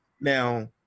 Now